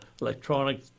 electronic